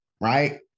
right